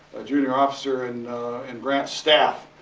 a junior officer and in grant's staff.